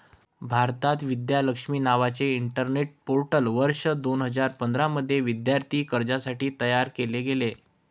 भारतात, विद्या लक्ष्मी नावाचे internet portal वर्ष दोन हजार पंधरा मध्ये विद्यार्थी कर्जासाठी तयार केले गेले